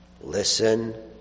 Listen